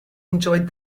enjoyed